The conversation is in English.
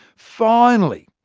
finally,